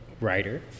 writer